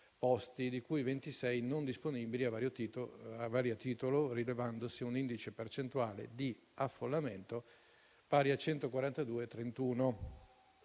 di cui 26 non disponibili a vario titolo, rilevandosi un indice percentuale di affollamento pari a 142,31